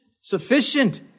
sufficient